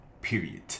period